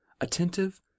attentive